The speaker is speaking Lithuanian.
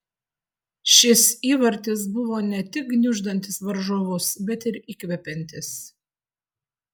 šis įvartis buvo ne tik gniuždantis varžovus bet ir įkvepiantis